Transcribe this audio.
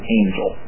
angel